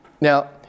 Now